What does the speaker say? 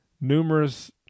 numerous